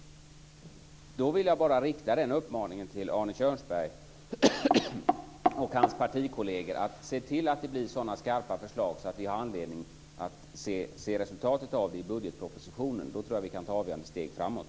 Då vill jag rikta en uppmaning till Arne Kjörnsberg och hans partikolleger att se till att det blir sådana skarpa förslag att vi har anledning att se resultatet av dem i budgetpropositionen. Då tror jag att vi kan ta steget framåt.